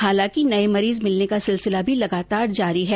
हालांकि नये मरीज मिलने का सिलसिला भी लगातार जारी है